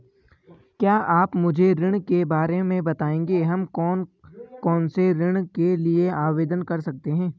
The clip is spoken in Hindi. क्या आप मुझे ऋण के बारे में बताएँगे हम कौन कौनसे ऋण के लिए आवेदन कर सकते हैं?